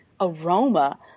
aroma